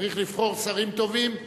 צריך לבחור שרים טובים.